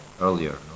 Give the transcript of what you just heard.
earlier